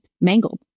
mangled